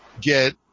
get